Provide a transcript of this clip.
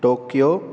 Tokyo